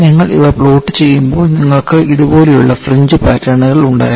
നിങ്ങൾ ഇവ പ്ലോട്ട് ചെയ്യുമ്പോൾ നിങ്ങൾക്ക് ഇതുപോലുള്ള ഫ്രിഞ്ച് പാറ്റേണുകൾ ഉണ്ടായിരുന്നു